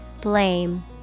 Blame